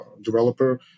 developer